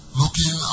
looking